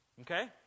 Okay